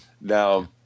Now